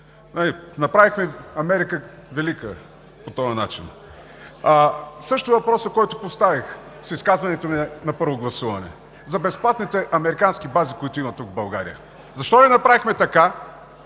Направихме Америка велика по този начин. Също – въпроса, който поставих с изказването ми на първо гласуване, за безплатните американски бази, които има тук, в България. Защо не направихме така,